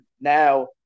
Now